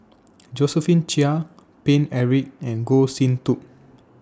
Josephine Chia Paine Eric and Goh Sin Tub